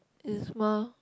is more